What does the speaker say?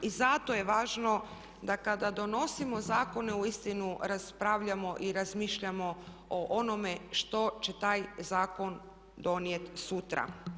I zato je važno da kada donosimo zakone uistinu raspravljamo i razmišljamo o onome što će taj zakon donijeti sutra.